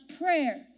prayer